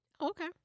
Okay